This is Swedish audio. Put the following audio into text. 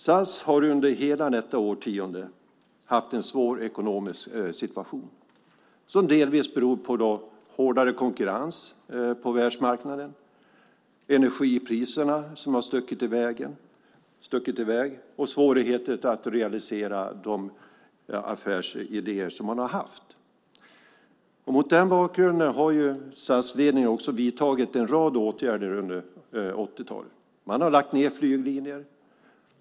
SAS har under hela detta årtionde haft en svår ekonomisk situation som delvis beror på hårdare konkurrens på världsmarknaden, energipriserna som har stuckit i väg och svårigheter att realisera de affärsidéer som man har haft. Mot den bakgrunden har SAS-ledningen vidtagit en rad åtgärder under 80-talet. Man har lagt ned flyglinjer.